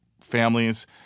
families